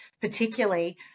particularly